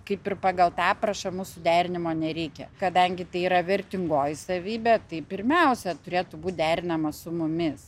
kaip ir pagal tą aprašą mūsų suderinimo nereikia kadangi tai yra vertingoji savybė tai pirmiausia turėtų būt derinama su mumis